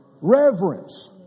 Reverence